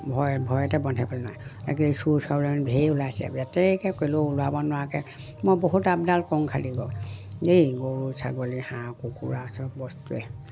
ভয় ভয়তে বন্ধাই পেলে ওলাইছে ইয়াতেকে কৰিলেও ওলাব নোৱাৰাকৈ মই বহুত আপডাল কং খালি গ'ল এই গৰু ছাগলী হাঁহ কুকুৰা চব বস্তুৱে